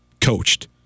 coached